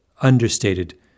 understated